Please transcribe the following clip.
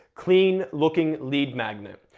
clean looking lead magnet.